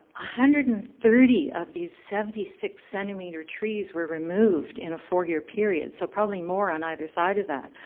ah hundred and thirty of these seventy six centimetre trees were removed in a four year period so probably more on either side of that.